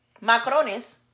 macrones